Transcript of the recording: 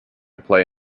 play